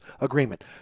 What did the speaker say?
agreement